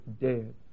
dead